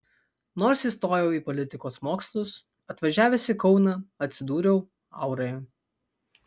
nors įstojau į politikos mokslus atvažiavęs į kauną atsidūriau auroje